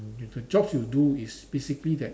the the jobs you do is basically that